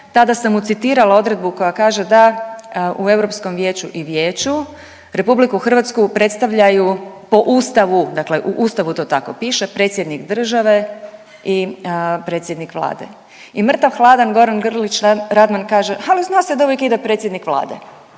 tada sam mu citirala odredbu koja kaže da u Europskom vijeću i Vijeću RH predstavljaju po Ustavu, dakle u Ustavu to tako piše, predsjednik države i predsjednik Vlade. I mrtav hladan Goran Glić Radman kaže, ali zna se da uvijek ide predsjednik Vlade